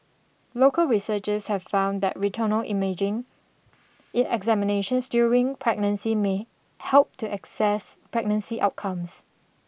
local researchers have found that retinal imaging examinations during pregnancy may help to access pregnancy outcomes